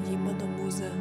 ji mano mūza